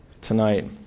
tonight